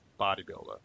bodybuilder